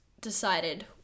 decided